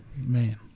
Man